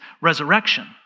resurrection